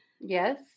Yes